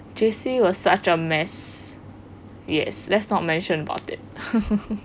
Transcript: J_C was such a mess yes let's not mention about it